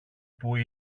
που